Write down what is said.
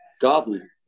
garden